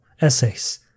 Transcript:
essays